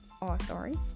authors